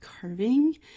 Carving